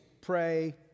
pray